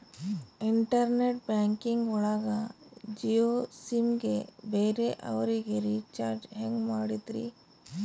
Internet banking ಒಳಗ Jio sim ಗೆ ಬೇರೆ ಅವರಿಗೆ ರೀಚಾರ್ಜ್ ಹೆಂಗ್ ಮಾಡಿದ್ರಿ?